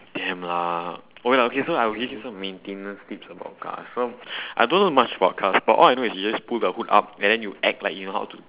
damn lah oh ya okay so I will give you some maintenance tips about cars so I don't know much about cars but all I know is you just pull the hood up and then you act like you know how to